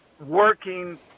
working